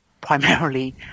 primarily